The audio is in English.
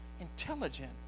Intelligent